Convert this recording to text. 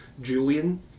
Julian